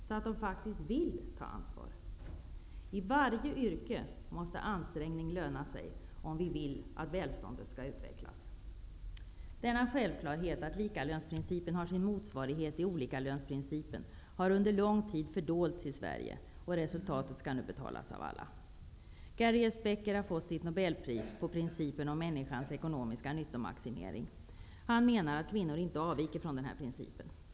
De vill faktiskt ta ansvar. I varje yrke måste ansträngning löna sig om vi vill att välståndet skall utvecklas. Denna självklarhet -- att lika-lönsprincipen har sin motsvarighet i olika-lönsprincipen -- har under lång tid fördolts i Sverige, och resultatet skall nu betalas av alla. Gary S. Becker har fått sitt nobelpris på grund av sina teorier om principen om människans ekonomiska nyttomaximering. Han menar att kvinnor inte avviker från den här principen.